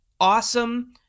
awesome